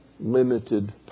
limited